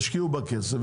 ישקיעו בה כסף,